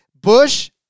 Bush